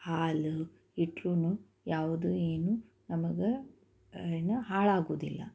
ಹಾಲು ಇಟ್ರೂ ಯಾವುದೂ ಏನೂ ನಮಗೆ ಏನೂ ಹಾಳಾಗುವುದಿಲ್ಲ